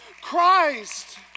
Christ